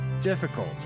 difficult